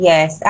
Yes